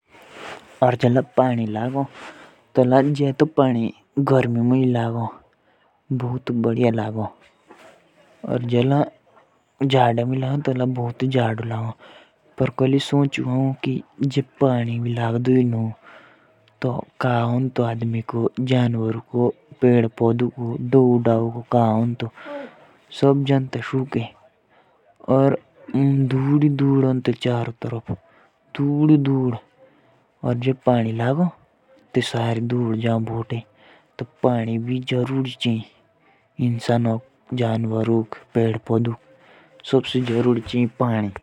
पानी भी लागो तोला सारो दुध नोतों बोते और तेतके बाद सब देखुन। जेतो पानी जादे मुझ लागो तो गाड़ो लागो और जे गर्मी मुझ लागो तो गर्मे लागो। और जे भाई पन्नी लागदो ही ना तो उसको नी तो पड़्धो ताई मौर जादे ते सबिये।